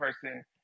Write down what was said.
person